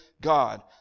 God